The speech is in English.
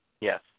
Yes